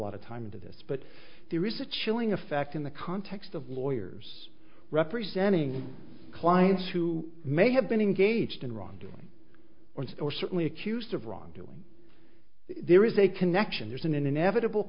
lot of time into this but there is a chilling effect in the context of lawyers representing clients who may have been engaged in wrongdoing or or certainly accused of wrongdoing there is a connection there's an inevitable